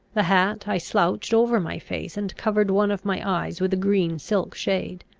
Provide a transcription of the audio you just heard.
the hat i slouched over my face, and covered one of my eyes with a green-silk shade.